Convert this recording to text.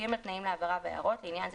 לעניין זה,